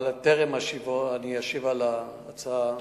אבל בטרם אני אשיב על ההצעה,